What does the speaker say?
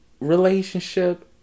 relationship